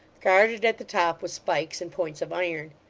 guarded at the top with spikes and points of iron.